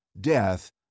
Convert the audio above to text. death